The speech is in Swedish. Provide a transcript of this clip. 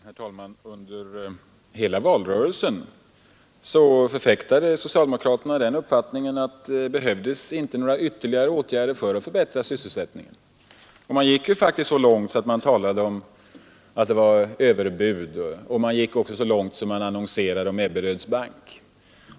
Herr talman! Under hela valrörelsen förfäktade socialdemokraterna den uppfattningen att det behövdes inte några ytterligare åtgärder för att förbättra sysselsättningen, och man gick faktiskt så långt att man talade om överbud och annonserade om Ebberöds bank.